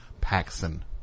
Paxson